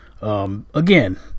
Again